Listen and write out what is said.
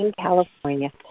California